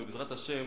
ובעזרת השם